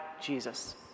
Jesus